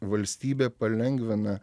valstybė palengvina